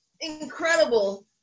incredible